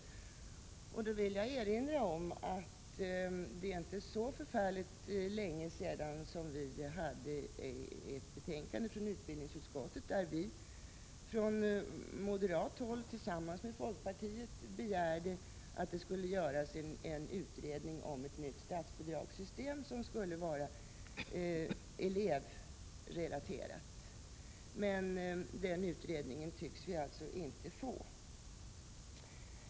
Jag vill i detta sammanhang erinra om att det inte är så förfärligt länge sedan vi hade ett betänkande från utbildningsutskottet där vi från moderat håll tillsammans med folkpartiet begärde att det skulle göras en utredning om ett nytt statsbidragssystem som skulle vara elevrelaterat. Den utredningen tycks vi emellertid inte få.